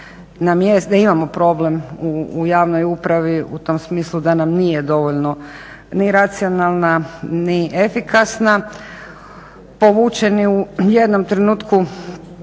da imamo problem u javnoj upravi u tom smislu da nam nije dovoljno ni racionalna ni efikasna.